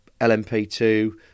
LMP2